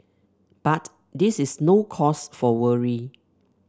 but this is no cause for worry